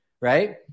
right